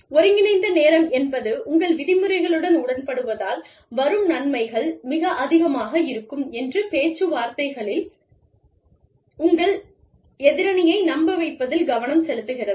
ஒருங்கிணைந்த பேரம் என்பது உங்கள் விதிமுறைகளுடன் உடன்படுவதால் வரும் நன்மைகள் மிக அதிகமாக இருக்கும் என்று பேச்சுவார்த்தைகளில் உங்கள் எதிரணியை நம்ப வைப்பதில் கவனம் செலுத்துகிறது